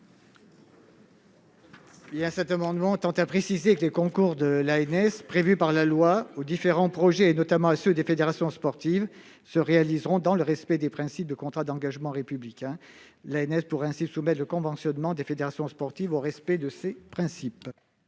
Lozach. Cet amendement tend à préciser que les concours de l'ANS aux différents projets et notamment à ceux des fédérations sportives se réaliseront dans le respect des principes du contrat d'engagements républicain. L'ANS pourrait ainsi soumettre le conventionnement des fédérations sportives au respect de ces principes.